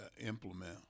implement